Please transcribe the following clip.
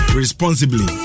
responsibly